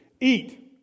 Eat